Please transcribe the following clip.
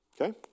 Okay